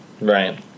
Right